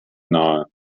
nahe